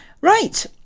Right